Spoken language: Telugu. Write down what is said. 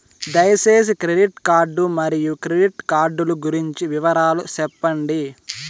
దయసేసి క్రెడిట్ కార్డు మరియు క్రెడిట్ కార్డు లు గురించి వివరాలు సెప్పండి?